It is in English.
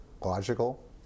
logical